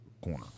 corner